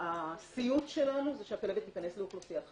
הסיוט שלנו הוא שהכלבת תיכנס לאוכלוסיית חתולים.